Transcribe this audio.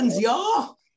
y'all